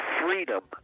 freedom